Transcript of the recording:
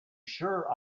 sure